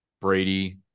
Brady